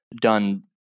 done